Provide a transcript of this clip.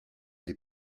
des